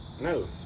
No